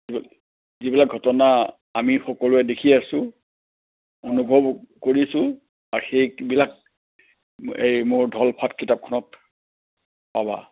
যিবিলাক ঘটনা আমি সকলোৱে দেখি আছোঁ অনুভৱো কৰিছোঁ বা সেইবিলাক এই মোৰ ধলফাট কিতাপখনত পাবা